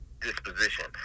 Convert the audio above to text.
disposition